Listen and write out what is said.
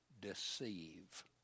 deceive